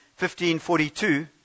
1542